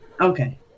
okay